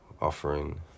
offering